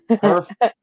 perfect